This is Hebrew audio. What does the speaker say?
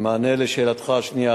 במענה על שאלתך השנייה,